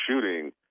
shooting